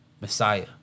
Messiah